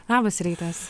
labas rytas